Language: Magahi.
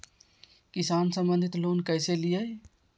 किसान संबंधित लोन कैसै लिये?